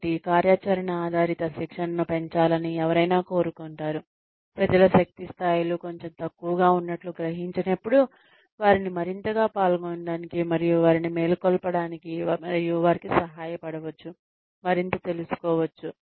కాబట్టి కార్యాచరణ ఆధారిత శిక్షణను పెంచాలని ఎవరైనా కోరుకుంటారు ప్రజల శక్తి స్థాయిలు కొంచెం తక్కువగా ఉన్నట్లు గ్రహించినప్పుడు వారిని మరింతగా పాల్గొనడానికి మరియు వారిని మేల్కొలపడానికి మరియు వారికి సహాయపడవచ్చు మరింత తెలుసుకోవచ్చు